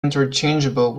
interchangeable